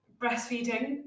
Breastfeeding